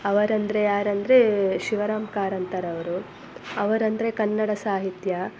ಅವರಂದರೆ ಯಾರಂದರೆ ಶಿವರಾಮ್ ಕಾರಂತರವರು ಅವರಂದರೆ ಕನ್ನಡ ಸಾಹಿತ್ಯ